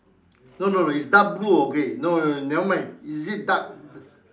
no no is dark blue or grey no no no never mind is it dark